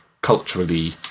culturally